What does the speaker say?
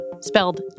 spelled